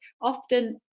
often